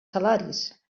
salaris